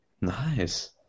Nice